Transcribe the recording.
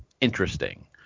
interesting